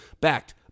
backed